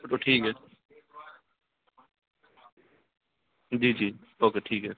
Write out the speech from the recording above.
तो ठीक है जी जी ओके ठीक है